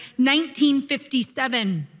1957